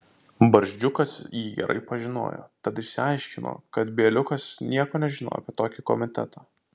barzdžiukas jį gerai pažinojo tad išsiaiškino kad bieliukas nieko nežino apie tokį komitetą